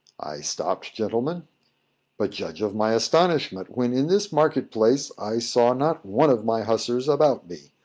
i stopped, gentlemen but judge of my astonishment when in this market-place i saw not one of my hussars about me!